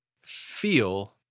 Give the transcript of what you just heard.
feel